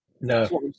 No